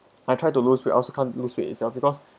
I try to lose weight I also can't lose weight itself because